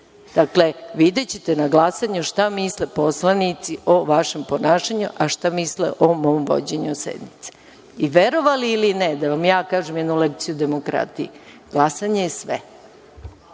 videćete na glasanju šta misle poslanici o vašem ponašanju, a šta misle o mom vođenju sednice. Verovali ili ne, da vam ja kažem jednu lekciju o demokratiji, glasanje je sve.